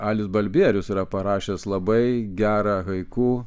alis balbierius yra parašęs labai gerą haiku